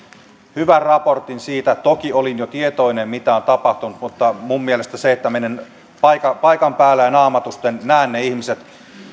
hyvän raportin siitä toki olin jo tietoinen mitä on tapahtunut mutta mielestäni se on tärkeää että menen paikan päälle ja naamatusten näen ne ihmiset